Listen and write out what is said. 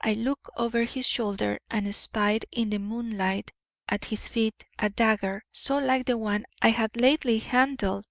i looked over his shoulder and espied in the moonlight at his feet a dagger so like the one i had lately handled